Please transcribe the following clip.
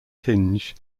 tinge